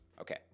okay